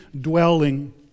dwelling